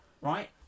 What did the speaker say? right